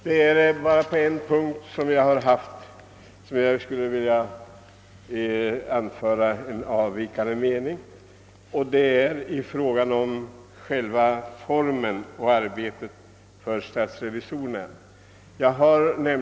Det är bara på en punkt som jag skulle vilja anföra en avvikande mening, nämligen i fråga om formen för statsrevisorernas arbete.